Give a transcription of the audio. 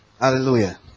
Hallelujah